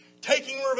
taking